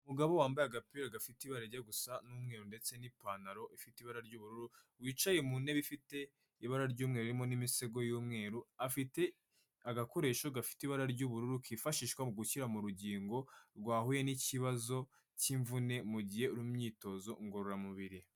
Umugabo wambaye agapira gafite ibara rijya gusa n'umweru ndetse n'ipantaro ifite ibara ry'ubururu, wicaye mu ntebe ifite ibara ry'umweru irimo n'imisego y'umweru. Afite agakoresho gafite ibara ry'ubururu kifashishwa mu gushyira mu rugingo rwahuye n'ikibazo cy'imvune, mu mugihe muri mu myitozo ngororamubiri.